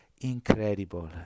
incredible